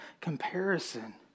comparison